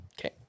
Okay